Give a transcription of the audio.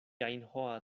ainhoa